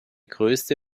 größte